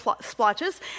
splotches